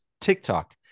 TikTok